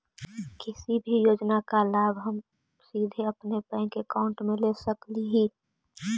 किसी भी योजना का लाभ हम सीधे अपने बैंक अकाउंट में ले सकली ही?